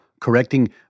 correcting